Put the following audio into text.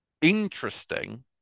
interesting